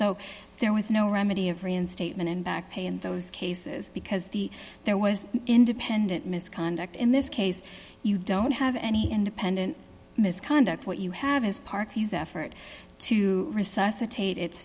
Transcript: so there was no remedy of reinstatement and back in those cases because the there was independent misconduct in this case you don't have any independent misconduct what you have his party's effort to resuscitate it